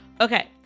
Okay